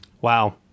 Wow